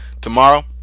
tomorrow